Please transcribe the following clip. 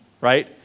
right